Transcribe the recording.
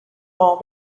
all